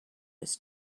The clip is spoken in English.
was